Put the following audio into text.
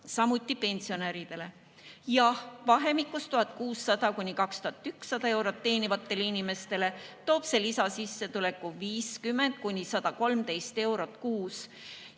samuti pensionäridele. Jah, vahemikus 1600–2100 eurot teenivatele inimestele toob see lisasissetuleku 50–113 eurot kuus.